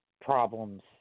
problems